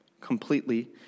Completely